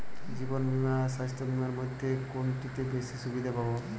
জীবন বীমা আর স্বাস্থ্য বীমার মধ্যে কোনটিতে বেশী সুবিধে পাব?